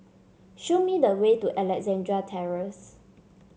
show me the way to Alexandra Terrace